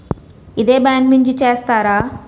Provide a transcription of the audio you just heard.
ఇదే బ్యాంక్ నుంచి చేస్తారా?